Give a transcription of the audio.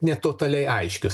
ne totaliai aiškios